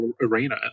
Arena